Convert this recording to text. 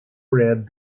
red